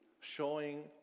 showing